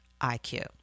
IQ